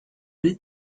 you